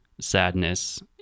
sadness